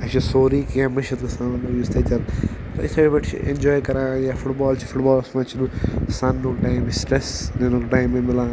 اَسہِ چھِ سورُے کینٛہہ مٔشِد گژھان کُنہِ وِز تَتٮ۪ن تہٕ یِتھَے پٲٹھۍ چھِ اِنجاے کَران یا فُٹ بال چھِ فُٹ بالَس منٛز چھِنہٕ سَنُن ٹایم سٹرٛٮ۪س نِنُک ٹایمٕے مِلان